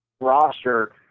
roster –